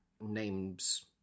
names